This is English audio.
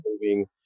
moving